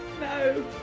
No